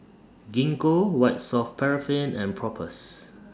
Gingko White Soft Paraffin and Propass